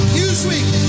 Newsweek